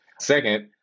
Second